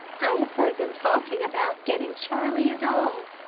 i have heard them talking about getting charlie a dog.